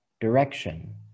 direction